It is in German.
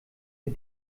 für